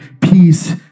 peace